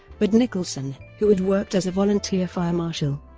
but nicholson, who had worked as a volunteer fire marshal,